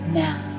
now